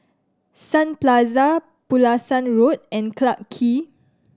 Sun Plaza Pulasan Road and Clarke Quay